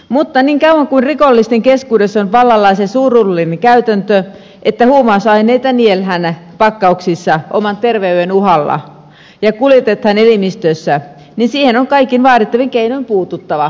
mutta niin kauan kuin rikollisten keskuudessa on vallalla se surullinen käytäntö että huumausaineita niellään pakkauksissa oman terveyden uhalla ja kuljetetaan elimistössä niin siihen on kaikin vaadittavin keinoin puututtava